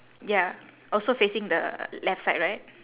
ya also facing the left side right